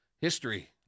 history